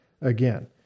again